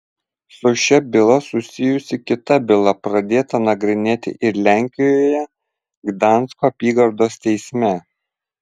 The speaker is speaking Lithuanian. su šia byla susijusi kita byla pradėta nagrinėti ir lenkijoje gdansko apygardos teisme